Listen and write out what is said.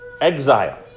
exile